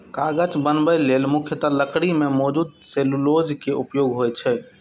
कागज बनबै लेल मुख्यतः लकड़ी मे मौजूद सेलुलोज के उपयोग होइ छै